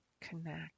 connect